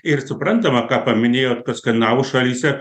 ir suprantama ką paminėjot kad skandinavų šalyse